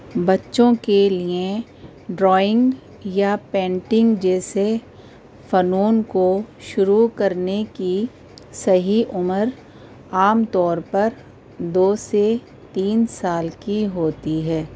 بچوں کے لیے ڈرائنگ یا پینٹنگ جیسے فنون کو شروع کرنے کی صحیح عمر عام طور پر دو سے تین سال کی ہوتی ہے